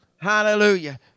Hallelujah